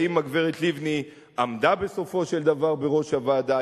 האם הגברת לבני עמדה בסופו של דבר בראש הוועדה,